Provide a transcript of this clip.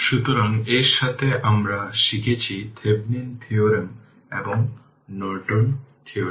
সুতরাং এটি হল u t i 3 যা i 3 দ্বারা বিলম্বিত হয়